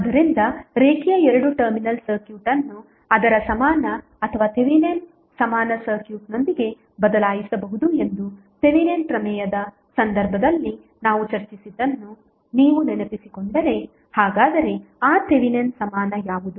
ಆದ್ದರಿಂದ ರೇಖೀಯ ಎರಡು ಟರ್ಮಿನಲ್ ಸರ್ಕ್ಯೂಟ್ ಅನ್ನು ಅದರ ಸಮಾನ ಅಥವಾ ಥೆವೆನಿನ್ ಸಮಾನ ಸರ್ಕ್ಯೂಟ್ನೊಂದಿಗೆ ಬದಲಾಯಿಸಬಹುದು ಎಂದು ಥೆವೆನಿನ್ ಪ್ರಮೇಯದ ಸಂದರ್ಭದಲ್ಲಿ ನಾವು ಚರ್ಚಿಸಿದ್ದನ್ನು ನೀವು ನೆನಪಿಸಿಕೊಂಡರೆ ಹಾಗಾದರೆ ಆ ಥೆವೆನಿನ್ ಸಮಾನ ಯಾವುದು